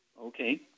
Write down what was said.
Okay